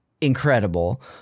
incredible